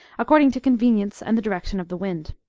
according to convenience and the direction of the wind.